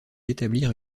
établir